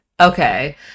Okay